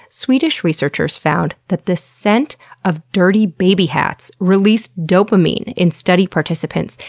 swedish researchers found that the scent of dirty baby hats released dopamine in study participants,